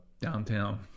downtown